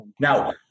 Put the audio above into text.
Now